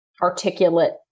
articulate